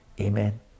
Amen